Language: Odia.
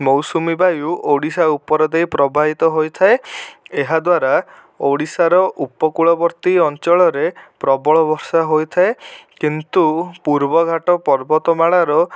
ମୌସୁମୀ ବାୟୁ ଓଡ଼ିଶା ଉପର ଦେଇ ପ୍ରବାହିତ ହୋଇଥାଏ ଏହାଦ୍ୱାରା ଓଡ଼ିଶାର ଉପକୂଳବର୍ତ୍ତୀ ଅଞ୍ଚଳରେ ପ୍ରବଳ ବର୍ଷା ହୋଇଥାଏ କିନ୍ତୁ ପୂର୍ବଘାଟ ପର୍ବତମାଳାର